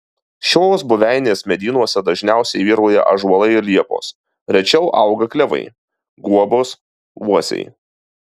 šios buveinės medynuose dažniausiai vyrauja ąžuolai ir liepos rečiau auga klevai guobos uosiai